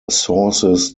sources